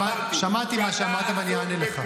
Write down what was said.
שמעתי מה שאמרת, ואני אענה לך.